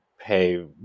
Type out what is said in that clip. Pay